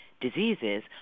diseases